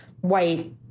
white